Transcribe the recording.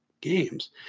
games